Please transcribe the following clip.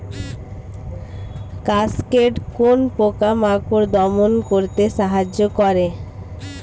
Cascade কোন পোকা মাকড় দমন করতে সাহায্য করে?